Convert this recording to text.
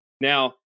Now